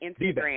Instagram